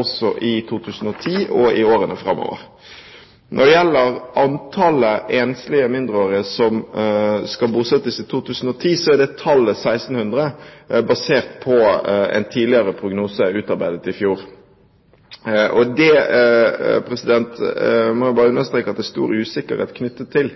også i 2010 og i årene framover. Når det gjelder antallet enslige mindreårige som må bosettes i 2010, er tallet 1 600 basert på en tidligere prognose, utarbeidet i fjor. Jeg må jo bare understreke at det er stor usikkerhet knyttet til